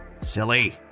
Silly